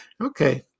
Okay